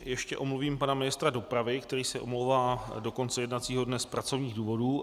Ještě omluvím pana ministra dopravy, který se omlouvá do konce jednacího dne z pracovních důvodů.